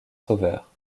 sauveur